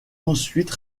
ensuite